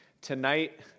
tonight